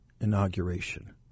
inauguration